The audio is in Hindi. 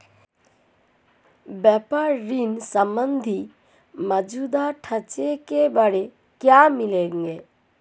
व्यापार ऋण संबंधी मौजूदा ढांचे के ब्यौरे कहाँ मिलेंगे?